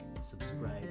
subscribe